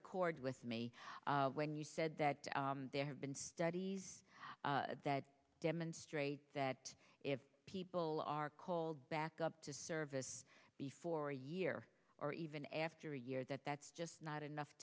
chord with me when you said that there have been studies that demonstrate that if people are called back up to service before a year or even a after a year that that's just not enough